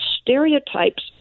stereotypes